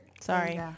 Sorry